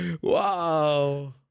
Wow